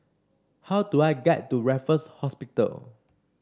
how do I get to Raffles Hospital